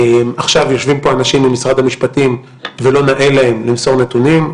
עכשיו יושבים פה אנשים ממשרד המשפטים ולא נאה להם למסור נתונים.